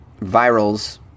virals